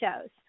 shows